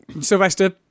Sylvester